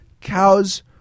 Cows